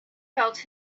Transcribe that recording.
felt